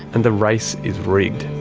and the race is rigged.